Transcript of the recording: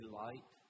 light